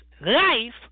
life